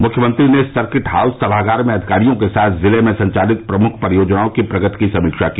मुख्यमंत्री ने circuit house समागार में अधिकारियों के साथ जिले में संचालित प्रमुख परियोजनाओं की प्रगति की समीक्षा की